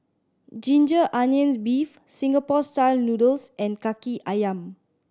ginger onions beef Singapore Style Noodles and Kaki Ayam